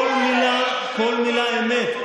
כל מילה אמת.